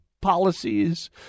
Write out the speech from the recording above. policies